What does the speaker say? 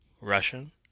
Russian